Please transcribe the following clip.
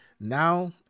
now